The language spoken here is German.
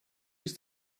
ist